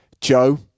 Joe